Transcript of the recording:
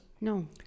No